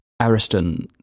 Ariston